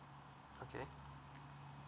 okay